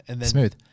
Smooth